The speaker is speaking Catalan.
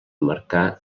marcà